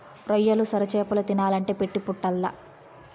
రొయ్యలు, సొరచేపలు తినాలంటే పెట్టి పుట్టాల్ల